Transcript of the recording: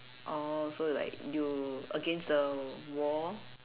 oh so like you against the wall